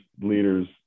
leaders